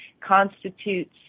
constitutes